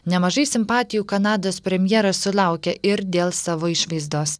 nemažai simpatijų kanados premjeras sulaukė ir dėl savo išvaizdos